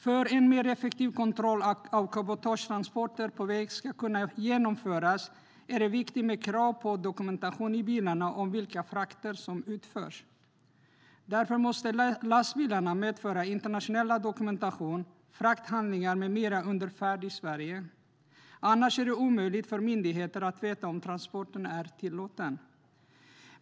För att en mer effektiv kontroll av cabotagetransporterna på väg ska kunna genomföras är det viktigt med krav på att dokumentation finns i bilarna om vilka frakter som utförs. Därför måste lastbilarna medföra internationell dokumentation, frakthandlingar med mera, under färd i Sverige. Annars är det omöjligt för myndigheterna att veta om transporten är tillåten.